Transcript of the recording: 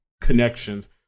connections